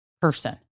person